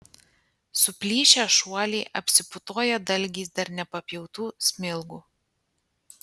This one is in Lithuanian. suplyšę šuoliai apsiputoja dalgiais dar nepapjautų smilgų